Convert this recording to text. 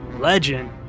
Legend